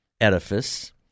edifice